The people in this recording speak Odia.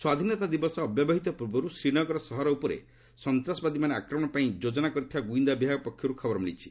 ସ୍ୱାଧୀନତା ଦିବସ ଅବ୍ୟବହିତ ପୂର୍ବରୁ ଶ୍ରୀନଗର ସହର ଉପରେ ସନ୍ତାସବାଦୀମାନେ ଆକ୍ରମଣ ପାଇଁ ଯୋଜନା କରିଥିବା ଗୁଇନ୍ଦା ବିଭାଗ ପକ୍ଷରୁ ଖବର ମିଳିଛି